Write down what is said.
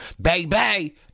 baby